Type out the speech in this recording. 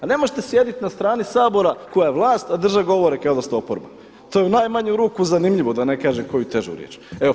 A ne možete sjediti na strani Sabora koja je vlast a drži govor kao da ste oporba, to je u najmanju ruku zanimljivo, da ne kažem koju težu riječ.